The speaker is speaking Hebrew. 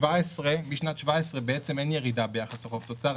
משנת 2017 אין ירידה ביחס החוב-תוצר,